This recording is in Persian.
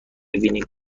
ببینی